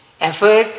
Effort